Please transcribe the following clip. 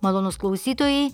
malonūs klausytojai